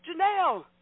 Janelle